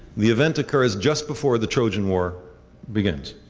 the event occurs just before the trojan war begins.